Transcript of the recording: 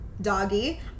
doggy